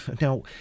Now